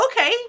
Okay